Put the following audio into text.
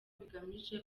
bigamije